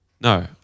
no